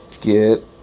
get